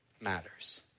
matters